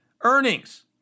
earnings